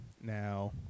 Now